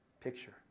picture